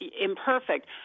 imperfect